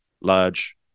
large